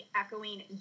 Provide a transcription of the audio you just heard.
echoing